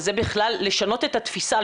וזה בכלל לשנות את התפיסה,